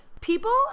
People